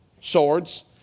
swords